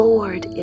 Lord